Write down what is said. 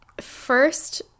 first